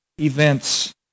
events